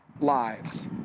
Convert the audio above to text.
lives